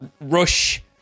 rush